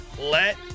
Let